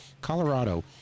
Colorado